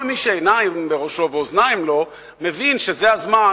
כל מי שעיניים בראשו ואוזניים לו מבין שזה הזמן